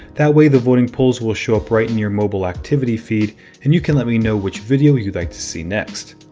that way the voting polls will show up right in your mobile activity feed and you can let me know which video you'd like to see next.